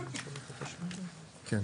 בדיוק.